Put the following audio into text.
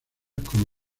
como